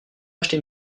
acheter